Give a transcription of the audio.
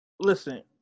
listen